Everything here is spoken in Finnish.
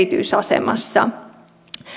erityisasemassa